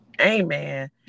Amen